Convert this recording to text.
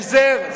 היה החזר.